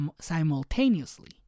simultaneously